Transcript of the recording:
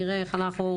נראה איך אנחנו.